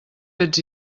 fets